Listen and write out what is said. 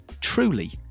Truly